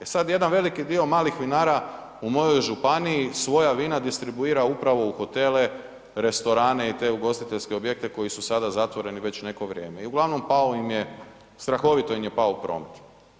E sad jedan veliki dio malih vinara u mojoj županiji svoja vina distribuira upravo u hotele, restorane i te ugostiteljske koji su sad zatvoreni već neko vrijeme i uglavnom pao im je, strahovito im je pao promet.